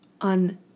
on